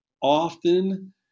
often